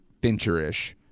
Fincherish